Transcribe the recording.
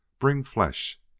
bring flesh!